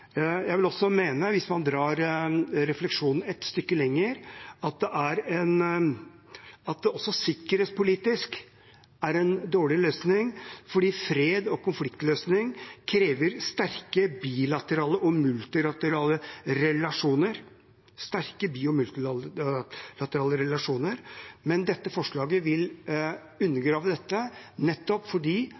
Jeg vil også mene – hvis man drar refleksjonen et stykke lenger – at det sikkerhetspolitisk er en dårlig løsning fordi fred og konfliktløsning krever sterke bilaterale og multilaterale relasjoner. Dette forslaget vil undergrave det nettopp fordi